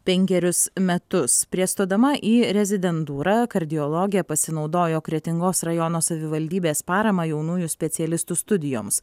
penkerius metus prieš stodama į rezidentūrą kardiologė pasinaudojo kretingos rajono savivaldybės parama jaunųjų specialistų studijoms